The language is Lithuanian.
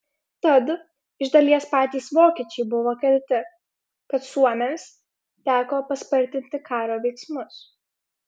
tad iš dalies patys vokiečiai buvo kalti kad suomiams teko paspartinti karo veiksmus